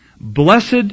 Blessed